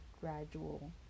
gradual